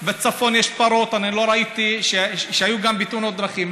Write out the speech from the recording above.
בצפון יש פרות שהיו בתאונות דרכים.